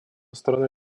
стороны